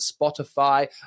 spotify